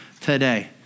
today